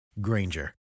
Granger